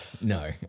no